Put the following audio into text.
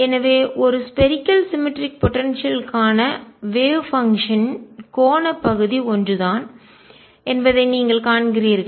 எனவே ஒரு spherical symmetric போடன்சியல்க்கான கோள சமச்சீர் ஆற்றல் வேவ் பங்ஷன் ன்அலை செயல்பாடு கோண பகுதி ஒன்றுதான் என்பதை நீங்கள் கவனிக்கிறீர்கள்